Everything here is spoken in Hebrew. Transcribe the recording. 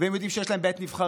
והם יודעים שיש להם בית נבחרים,